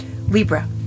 Libra